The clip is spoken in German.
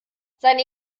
seine